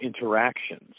interactions